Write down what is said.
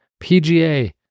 PGA